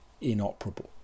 inoperable